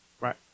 Right